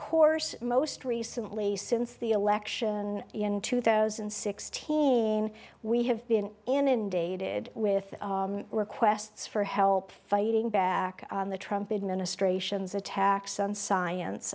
course most recently since the election in two thousand and sixteen we have been inundated with requests for help fighting back on the trump administration's attacks on science